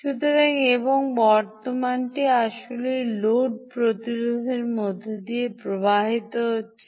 সুতরাং এবং বর্তমানটি আসলে এই লোড প্রতিরোধকের মধ্য দিয়ে প্রবাহিত হচ্ছে